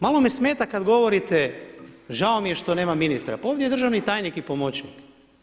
Malo me smeta kada govorite, žao mije što nema ministra, pa ovdje je državni tajnik i pomoćnik.